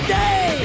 day